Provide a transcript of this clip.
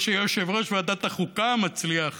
כמו שיושב-ראש ועדת החוקה מצליח